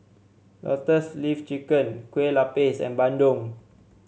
Lotus Leaf Chicken Kue Lupis and bandung